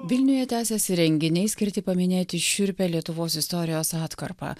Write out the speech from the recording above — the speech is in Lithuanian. vilniuje tęsiasi renginiai skirti paminėti šiurpią lietuvos istorijos atkarpą